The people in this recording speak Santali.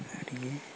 ᱟᱹᱰᱤᱜᱮ